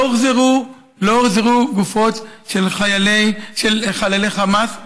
לא הוחזרו גופות של חללי חמאס,